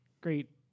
great